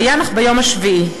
וינח ביום השביעי"